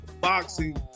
boxing